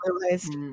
realized